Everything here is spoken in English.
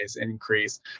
increase